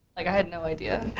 like i had no idea.